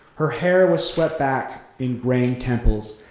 her hair was swept back in graying temples.